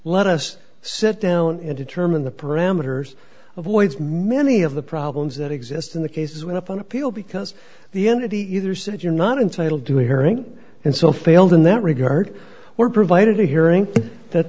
let us sit down and determine the parameters avoids many of the problems that exist in the cases went up on appeal because the entity either said you're not entitled to a hearing and so failed in that regard or provided a hearing that